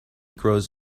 grows